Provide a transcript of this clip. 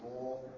more